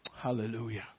Hallelujah